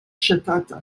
ŝatata